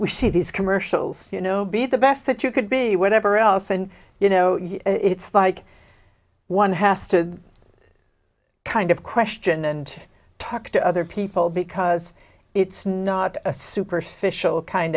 we see these commercials you know be the best that you could be whatever else and you know it's like one has to kind of question and talk to other people because it's not a superstition kind